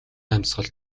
амьсгал